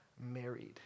married